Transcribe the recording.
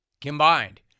combined